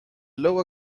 lower